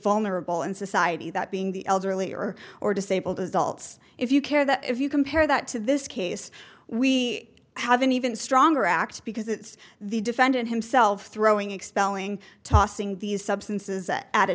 vulnerable in society that being the elderly or or disabled adults if you care that if you compare that to this case we have an even stronger act because it's the defendant himself throwing expelling tossing these substances a